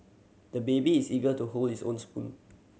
the baby is eager to hold his own spoon